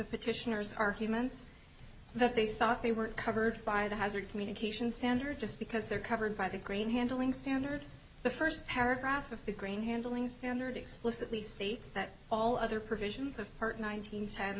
petitioners arguments that they thought they were covered by the hazard communications standard just because they're covered by the grain handling standard the first paragraph of the grain handling standard explicitly states that all other provisions of nineteen ten